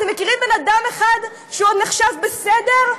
אתם מכירים אדם אחד שעוד נחשב בסדר?